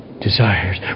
desires